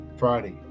Friday